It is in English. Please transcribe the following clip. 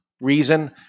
reason